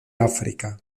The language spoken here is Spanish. áfrica